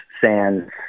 Sands